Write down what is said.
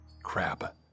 Crap